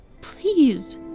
please